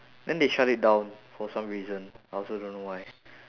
then they shut it down for some reason I also don't know why